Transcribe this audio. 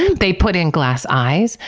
and they put in glass eyes.